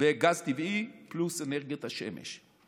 בגז טבעי פלוס אנרגיית השמש.